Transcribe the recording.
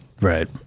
Right